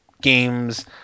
games